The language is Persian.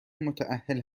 متاهل